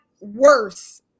worse